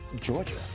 Georgia